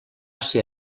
ser